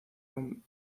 aún